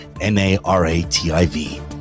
N-A-R-A-T-I-V